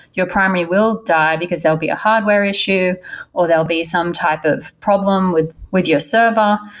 your primary will die, because there'll be a hardware issue or there'll be some type of problem with with your server.